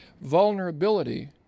Vulnerability